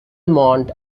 monte